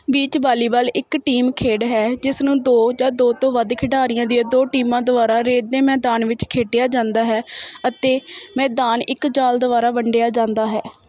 beach volleyball ਇੱਕ team ਖੇਡ ਹੈ ਜਿਸ ਨੂੰ ਦੋ ਜਾਂ ਦੋ ਤੋਂ ਵੱਧ ਖਿਡਾਰੀਆਂ ਦੀਆਂ ਦੋ ਟੀਮਾਂ ਦੁਆਰਾ ਰੇਤ ਦੇ ਮੈਦਾਨ ਵਿਚ ਖੇਡਿਆ ਜਾਂਦਾ ਹੈ ਅਤੇ ਮੈਦਾਨ ਇੱਕ ਜਾਲ ਦੁਆਰਾ ਵੰਡਿਆ ਜਾਂਦਾ ਹੈ